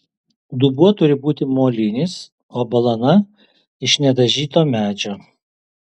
dubuo turi būti molinis o balana iš nedažyto medžio